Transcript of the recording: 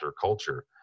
culture